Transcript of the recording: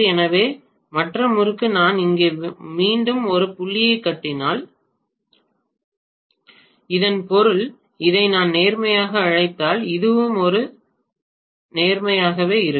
எனவே மற்ற முறுக்கு நான் இங்கே மீண்டும் ஒரு புள்ளியைக் காட்டினால் இதன் பொருள் இதை நான் நேர்மறையாக அழைத்தால் இதுவும் இது நேர்மறையாக இருக்கும்